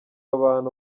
abantu